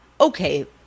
Okay